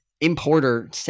importer